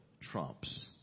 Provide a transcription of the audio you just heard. trumps